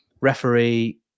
Referee